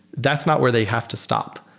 that's not where they have to stop.